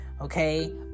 okay